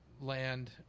land